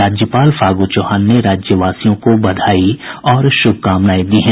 राज्यपाल फागू चौहान ने राज्यवासियों को बधाई और शुभकामनाएं दी हैं